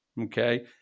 okay